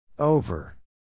Over